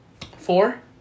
four